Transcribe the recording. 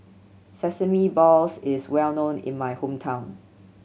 sesame balls is well known in my hometown